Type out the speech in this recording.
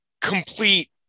complete